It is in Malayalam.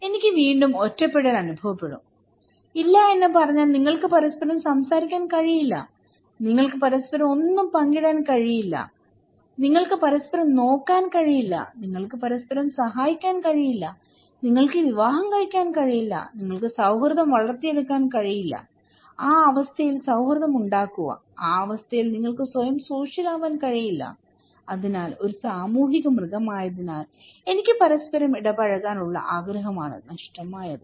എനിക്ക് വീണ്ടും ഒറ്റപ്പെടൽ അനുഭവപ്പെടും ഇല്ല എന്ന് പറഞ്ഞാൽ നിങ്ങൾക്ക് പരസ്പരം സംസാരിക്കാൻ കഴിയില്ല നിങ്ങൾക്ക് പരസ്പരം ഒന്നും പങ്കിടാൻ കഴിയില്ല നിങ്ങൾക്ക് പരസ്പരം നോക്കാൻ കഴിയില്ല നിങ്ങൾക്ക് പരസ്പരം സഹായിക്കാൻ കഴിയില്ല നിങ്ങൾക്ക് വിവാഹം കഴിക്കാൻ കഴിയില്ല നിങ്ങൾക്ക് സൌഹൃദം വളർത്തിയെടുക്കാൻ കഴിയില്ല ആ അവസ്ഥയിൽ സൌഹൃദം ഉണ്ടാക്കുക ആ അവസ്ഥയിൽ നിങ്ങൾക്ക് സ്വയം സോഷ്യൽ ആവാൻ കഴിയില്ല അതിനാൽ ഒരു സാമൂഹിക മൃഗമായതിനാൽ എനിക്ക് പരസ്പരം ഇടപഴകാൻ ഉള്ള ആഗ്രഹം ആണ് നഷ്ടമായത്